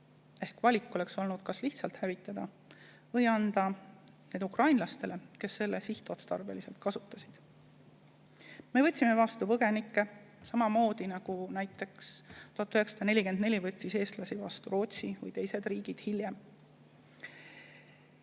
Ehk valik oleks olnud need kas lihtsalt hävitada või anda ukrainlastele, kes neid sihtotstarbeliselt kasutasid. Me võtsime vastu põgenikke, samamoodi nagu näiteks 1944 võttis eestlasi vastu Rootsi või hiljem